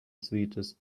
sweetest